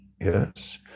yes